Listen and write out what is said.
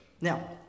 Now